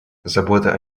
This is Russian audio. забота